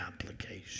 application